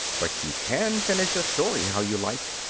but you can finish a story how you like.